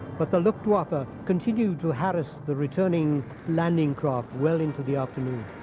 but the luftwaffe ah continued to harass the returning landing craft well into the afternoon.